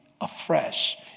afresh